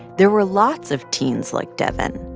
there were lots of teens like devyn.